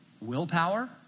Willpower